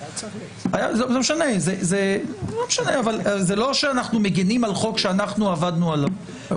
זה לא משנה אבל זה לא שאנחנו מגינים על חוק שאנחנו עבדנו עליו,